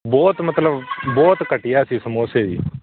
ਬਹੁਤ ਮਤਲਬ ਬਹੁਤ ਘਟੀਆ ਸੀ ਸਮੋਸੇ ਵੀ